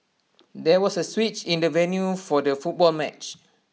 there was A switch in the venue for the football match